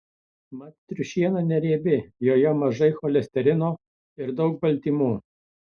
mat triušiena neriebi joje mažai cholesterino ir daug baltymų